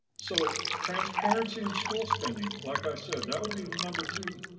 so transparency in school spending, like i said, that would be the number two,